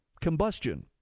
combustion